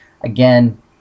again